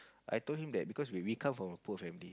I told him that because we we come from a poor family